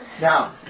Now